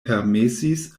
permesis